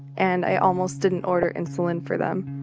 and i almost didn't order insulin for them.